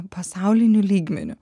pasauliniu lygmeniu